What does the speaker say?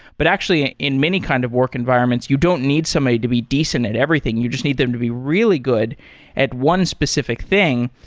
but actually, ah in many kind of work environments, you don't need somebody to be decent at everything. you just need them to be really good at one specific thing.